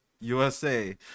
usa